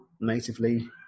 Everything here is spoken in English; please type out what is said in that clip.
natively